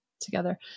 together